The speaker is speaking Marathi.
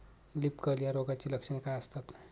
लीफ कर्ल या रोगाची लक्षणे काय असतात?